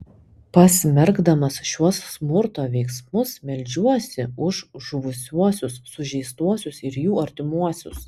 pasmerkdamas šiuos smurto veiksmus meldžiuosi už žuvusiuosius sužeistuosius ir jų artimuosius